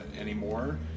anymore